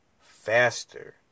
faster